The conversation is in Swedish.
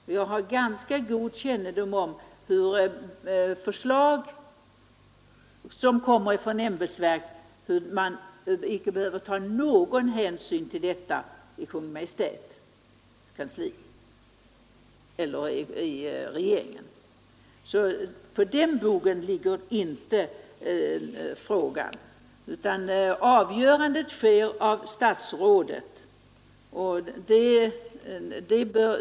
Och jag har ganska god kännedom om att regeringen icke behöver ta någon hänsyn till förslag som kommer från ämbetsverk. Så på den bogen ligger inte frågan, utan avgörandet träffas av statsrådet.